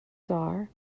dar